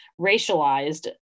racialized